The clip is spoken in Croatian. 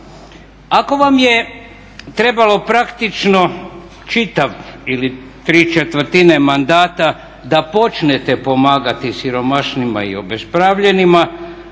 Ako vam je trebalo praktično čitav, ili tri četvrtine mandata da počnete pomagati siromašnima i obespravljenima